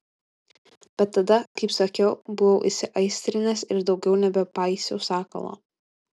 bet tada kaip sakiau buvau įsiaistrinęs ir daugiau nebepaisiau sakalo